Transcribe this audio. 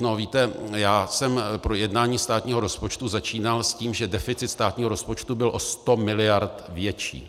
No víte, já jsem projednání státního rozpočtu začínal s tím, že deficit státního rozpočtu byl o 100 mld. větší.